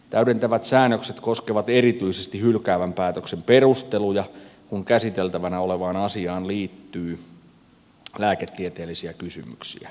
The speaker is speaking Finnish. täydentävät säännökset koskevat erityisesti hylkäävän päätöksen perusteluja kun käsiteltävänä olevaan asiaan liittyy lääketieteellisiä kysymyksiä